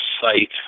site